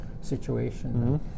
situation